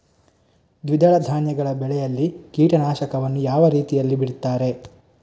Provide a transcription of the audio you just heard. ದ್ವಿದಳ ಧಾನ್ಯಗಳ ಬೆಳೆಯಲ್ಲಿ ಕೀಟನಾಶಕವನ್ನು ಯಾವ ರೀತಿಯಲ್ಲಿ ಬಿಡ್ತಾರೆ?